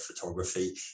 photography